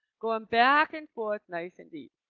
going back and forth, nice and deep.